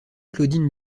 claudine